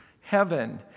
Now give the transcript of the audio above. heaven